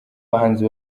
bahanzi